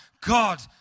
God